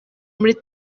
muri